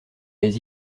les